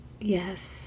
Yes